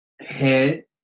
head